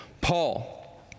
Paul